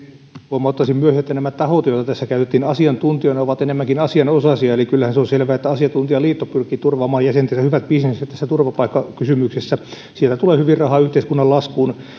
huomauttaisin myös että nämä tahot joita tässä käytettiin asiantuntijoina ovat enemmänkin asianosaisia eli kyllähän se on selvää että asiantuntijaliitto pyrkii turvaamaan jäsentensä hyvät bisnekset turvapaikkakysymyksessä sieltä tulee hyvin rahaa yhteiskunnan laskuun